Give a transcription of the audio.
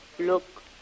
Look